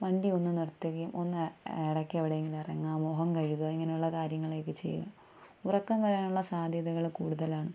വണ്ടി ഒന്ന് നിർത്തുകയും ഒന്ന് ഇടയ്ക്ക് എവിടെ എങ്കിലും ഇറങ്ങുക മുഖം കഴുകുക ഇങ്ങനെയുള്ള കാര്യങ്ങളൊക്കെ ചെയ്യുക ഉറക്കം വരാനുള്ള സാധ്യതകൾ കൂടുതലാണ്